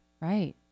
Right